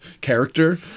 character